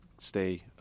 stay